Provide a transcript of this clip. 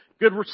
Good